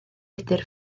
wydr